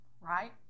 right